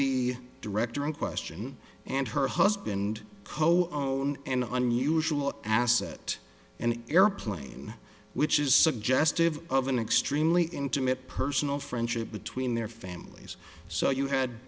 the director in question and her husband cohen an unusual asset an airplane which is suggestive of an extremely intimate personal friendship between their families so you had